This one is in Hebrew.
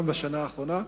גם בשנה האחרונה,